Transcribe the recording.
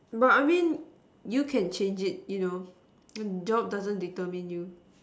but I mean you can change it you know my job doesn't determine you